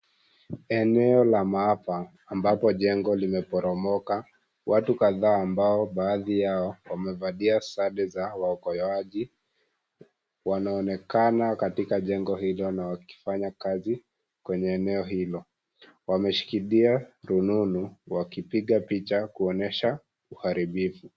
Eneo la maafa ambapo jengo limeporomoka, watu kadhaa ambao baadhi yao wamevalia sare za waokolewaji wanaonekana katika jengo hilo na wakifanya kazi kwenye eneo hilo. Wameshikilia rununu wakipiga picha kuonyesha uharibufu.